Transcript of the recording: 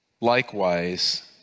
Likewise